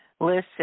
Listen